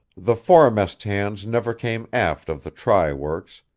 the foremast hands never came aft of the try works,